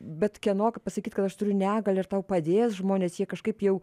bet kieno kaip pasakyt kad aš turiu negalią ir tau padės žmonės jie kažkaip jau